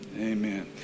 amen